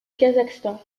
kazakhstan